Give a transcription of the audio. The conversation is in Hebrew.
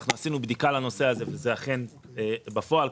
אנחנו עשינו בדיקה בנושא הזה, וזה אכן בפועל קרה.